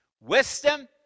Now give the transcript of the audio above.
Wisdom